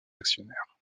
actionnaires